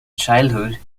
childhood